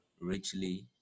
richly